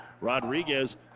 Rodriguez